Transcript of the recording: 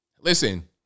Listen